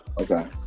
Okay